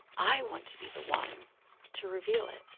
i want to be the one to reveal it,